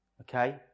Okay